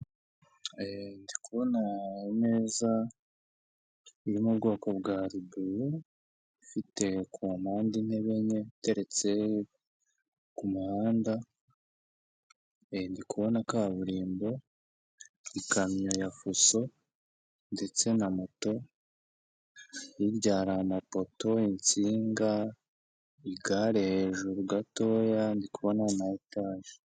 Ndikubona meza iri mu bwoko bwa ribuyu, ifite ku mpande intebe enye iteretse ku muhanda ndi kubona kaburimbo, ikamyo ya fuso ndetse na moto hirya hari amapoto, insinga, igare hejuru gatoya ndi kubona na etaje.